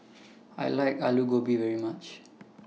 I like Alu Gobi very much